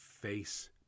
face